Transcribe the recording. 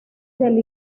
del